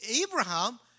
Abraham